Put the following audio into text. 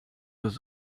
was